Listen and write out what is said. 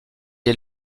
est